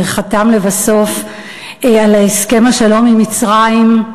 שחתם לבסוף על הסכם השלום עם מצרים,